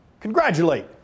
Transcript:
Congratulate